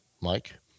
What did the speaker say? Mike